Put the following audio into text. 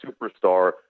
superstar